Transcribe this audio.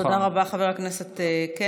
תודה רבה, חבר הכנסת קלנר.